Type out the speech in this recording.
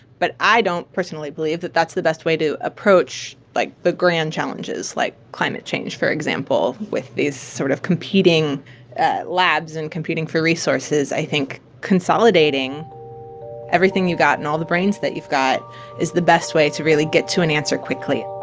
but i don't personally believe that that's the best way to approach, like, the grand challenges, like climate change, for example, with these sort of competing labs and competing for resources. i think consolidating everything you've got and all the brains that you've got is the best way to really get to an answer quickly